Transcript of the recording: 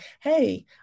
hey